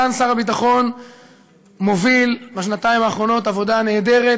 סגן שר הביטחון מוביל בשנתיים האחרונות עבודה נהדרת